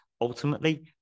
Ultimately